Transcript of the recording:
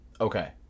Okay